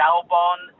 Albon